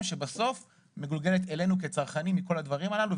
שבסוף מגולגלת אלינו כצרכנים מכל הדברים הללו.